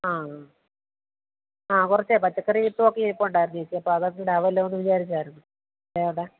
ആ ആ ആ കുറച്ചെ പച്ചക്കറി വിത്തുമൊക്കെ ഇരിപ്പുണ്ടായിരുന്നു ചേച്ചി അപ്പോൾ അതൊക്കെ ഇടാമല്ലോയെന്നു വിചാരിച്ചായിരുന്നു അവിടെ